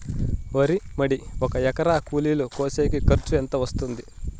వరి మడి ఒక ఎకరా కూలీలు కోసేకి ఖర్చు ఎంత వస్తుంది?